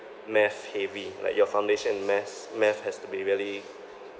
math heavy like your foundation in mas~ math has to be really